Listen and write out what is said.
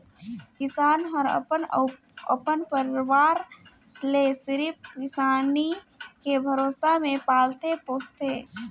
किसान हर अपन अउ अपन परवार ले सिरिफ किसानी के भरोसा मे पालथे पोसथे